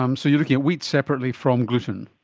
um so you're looking at wheat separately from gluten.